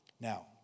Now